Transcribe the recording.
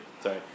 Sorry